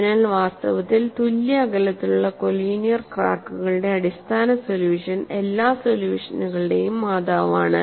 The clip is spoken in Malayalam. അതിനാൽ വാസ്തവത്തിൽ തുല്യ അകലത്തിലുള്ള കോലീനിയർ ക്രാക്കുകളുടെ അടിസ്ഥാന സൊല്യൂഷൻ എല്ലാ സൊല്യൂഷനുകളുടെയും മാതാവാണ്